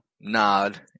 nod